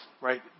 right